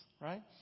right